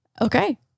Okay